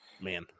man